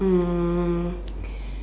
um